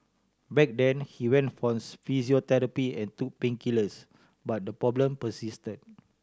back then he went for physiotherapy and took painkillers but the problem persisted